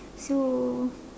so